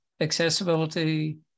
accessibility